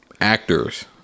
actors